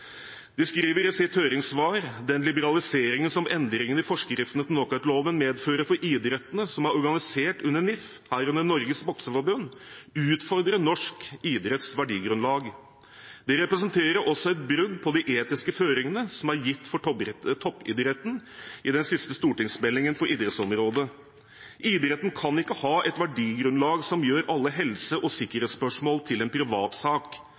De skriver i sitt høringssvar: «Den liberaliseringen som endringene i forskriftene til Knockoutloven medfører for idrettene som er organisert under NIF, herunder Norges bokseforbund, utfordrer norsk idretts verdigrunnlag. Det representerer også et brudd med de etiske føringene som er gitt for toppidretten i den siste stortingsmeldingen på idrettsområdet. Idretten kan ikke ha et verdigrunnlag som gjør alle helse- og sikkerhetsspørsmål til en